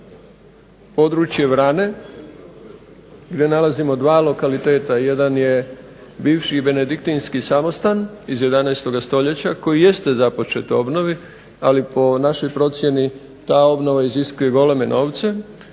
područje Vrane gdje nalazimo 2 lokaliteta. Jedan je bivši benediktinski samostan iz 11. stoljeća koji jeste započet u obnovi, ali po našoj procjeni ta obnova iziskuje goleme novce.